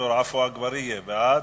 ד"ר עפו אגבאריה, בעד.